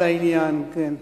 מסכים, על העניין, כן.